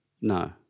No